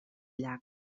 llac